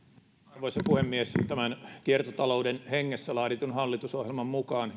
arvoisa puhemies tämän kiertotalouden hengessä laaditun hallitusohjelman mukaan